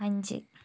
അഞ്ച്